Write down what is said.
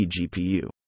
GPU